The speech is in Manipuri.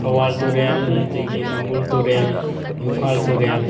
ꯊꯧꯕꯥꯜ ꯇꯨꯔꯦꯜ ꯑꯗꯒꯤ ꯅꯝꯕꯨꯜ ꯇꯨꯔꯦꯜ ꯏꯝꯐꯥꯜ ꯇꯨꯔꯦꯜ